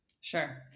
Sure